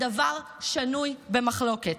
הדבר שנוי במחלוקת.